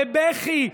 בבכי,